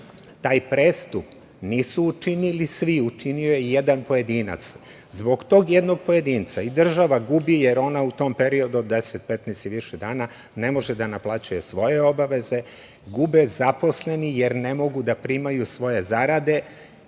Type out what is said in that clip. taj prestup nisu učinili svi, učinio je jedan pojedinac. Zbog tog jednog pojedinca država gubi jer ona u tom periodu od 10, 15 i više dana ne može da naplaćuje svoje obaveze, gube zaposleni jer ne mogu da primaju svoje zarade